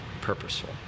purposeful